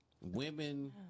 women